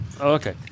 okay